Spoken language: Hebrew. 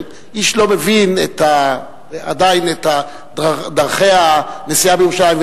איש לא מבין עדיין את דרכי הנסיעה בירושלים,